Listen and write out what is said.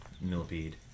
millipede